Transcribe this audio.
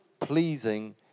pleasing